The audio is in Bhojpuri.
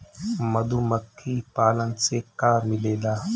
मधुमखी पालन से का मिलेला?